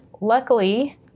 Luckily